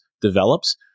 develops